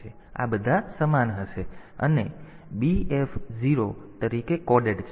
તેથી આ બધા સમાન હશે અને b f 0 તરીકે કોડેડ છે